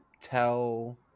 tell